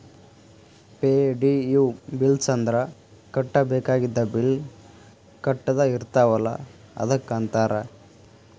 ಪೆ.ಡಿ.ಯು bills ಅಂದ್ರ ಕಟ್ಟಬೇಕಾಗಿದ್ದ bill ಕಟ್ಟದ ಇರ್ತಾವಲ ಅದಕ್ಕ ಅಂತಾರ